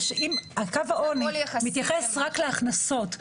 קו העוני מתייחס רק להכנסות,